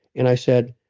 and i said,